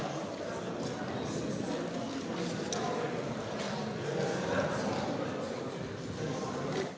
Hvala